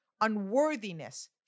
unworthiness